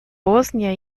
bosnia